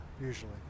usually